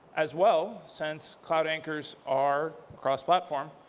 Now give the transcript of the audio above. as well, since cloud anchors are across platform,